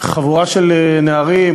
חבורה של נערים,